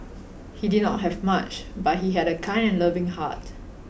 he did not have much but he had a kind and loving heart